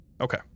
Okay